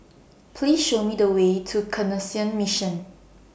Please Show Me The Way to Canossian Mission